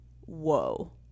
whoa